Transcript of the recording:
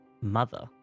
mother